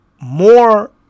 more